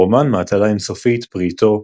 הרומן "מהתלה אינסופית" פרי עטו,